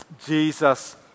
Jesus